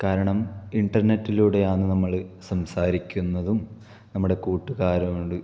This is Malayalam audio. കാരണം ഇന്റർനെറ്റിലൂടെയാണ് നമ്മള് സംസാരിക്കുന്നതും നമ്മുടെ കൂട്ടുകാരുണ്ട്